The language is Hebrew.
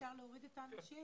אפשר להוריד את האנשים?